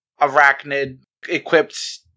arachnid-equipped